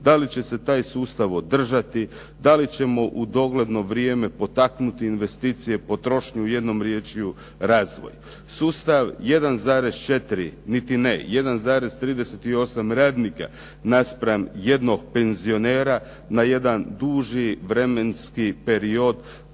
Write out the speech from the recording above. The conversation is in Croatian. da li će se taj sustav održati, da li ćemo u dogledno vrijeme potaknuti investicije, potrošnju i jednom riječju razvoj. Sustav 1,4 niti ne, 1,38 radnika naspram jednog penzionera na jedan duži vremenski period